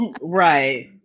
Right